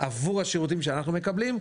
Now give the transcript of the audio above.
עבור השירותים שאנחנו מקבלים.